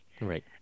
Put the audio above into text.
Right